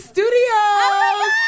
Studios